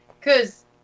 Cause